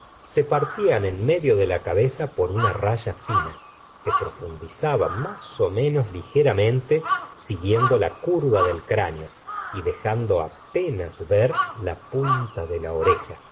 se partían en medio de la cabeza por una raya fina que profundizaba más menos ligeramente siguiendo la curva del cráneo y dejando apenas ver la punta de la oreja